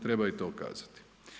Treba i to kazati.